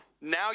now